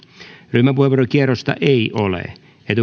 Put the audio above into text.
ryhmäpuheenvuorokierrosta ei ole